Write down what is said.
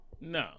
No